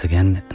Again